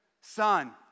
Son